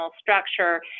structure